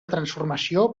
transformació